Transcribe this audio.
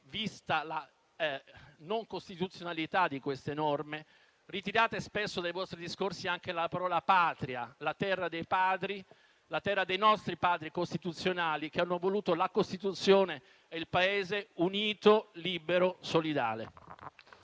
vista la non costituzionalità di queste norme, ritirate dai vostri discorsi anche la parola Patria, la terra dei padri, la terra dei nostri Padri costituzionali, che hanno voluto la Costituzione e il Paese unito, libero, solidale.